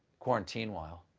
quarantine-while,